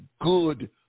good